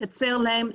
לקצר להן,